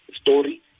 story